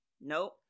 Nope